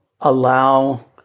allow